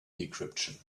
decryption